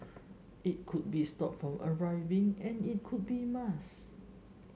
it could be stopped from arriving and it could be mask